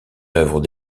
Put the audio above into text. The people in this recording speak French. œuvre